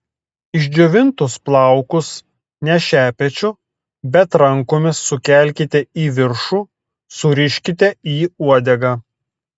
išdžiovintus plaukus ne šepečiu bet rankomis sukelkite į viršų suriškite į uodegą